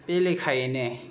बे लेखायैनो